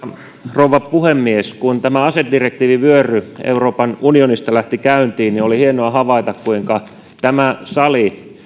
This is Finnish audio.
rouva puhemies kun tämä asedirektiivivyöry euroopan unionista lähti käyntiin oli hienoa havaita kuinka tämä sali